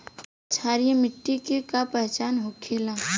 क्षारीय मिट्टी के का पहचान होखेला?